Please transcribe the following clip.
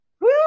Woo